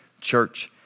Church